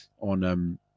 on